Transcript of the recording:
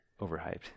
overhyped